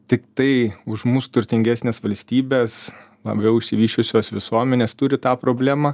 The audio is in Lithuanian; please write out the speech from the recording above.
tiktai už mus turtingesnės valstybės labiau išsivysčiusios visuomenės turi tą problemą